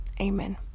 Amen